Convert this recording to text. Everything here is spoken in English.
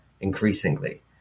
increasingly